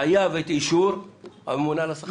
חייב את אישור הממונה על השכר.